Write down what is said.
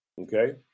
okay